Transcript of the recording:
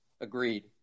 Agreed